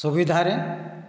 ସୁବିଧାରେ